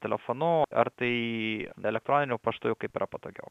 telefonu ar tai elektroniniu paštu jau kaip yra patogiau